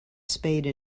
spade